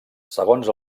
segons